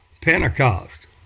Pentecost